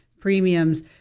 premiums